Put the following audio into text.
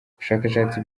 ubushakashatsi